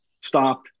stop